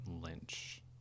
Lynch